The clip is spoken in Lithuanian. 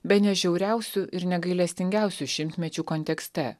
bene žiauriausių ir negailestingiausių šimtmečių kontekste